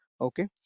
okay